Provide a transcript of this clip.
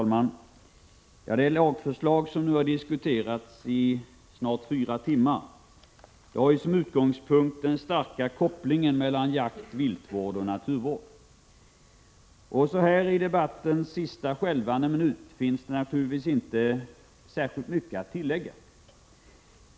Fru talman! Det lagförslag som nu har diskuterats i snart fyra timmar har som utgångspunkt den starka kopplingen mellan jakt, viltvård och naturvård. Så här i debattens sista skälvande minut finns det naturligtvis inte särskilt mycket att tillägga.